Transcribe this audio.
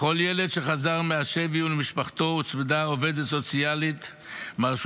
לכל ילד שחזר מהשבי ולמשפחתו הוצמדה עובדת סוציאלית מהרשות